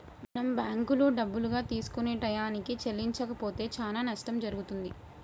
మనం బ్యాంకులో డబ్బులుగా తీసుకొని టయానికి చెల్లించకపోతే చానా నట్టం జరుగుతుంది